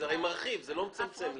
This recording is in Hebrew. זה הרי מרחיב ולא מצמצם.